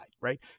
right